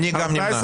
נפל.